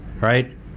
right